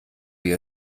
wir